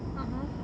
(uh huh)